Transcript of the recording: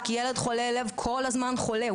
כל ילד חולה לב כל הזמן חולה.